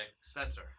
Spencer